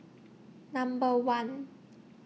Number one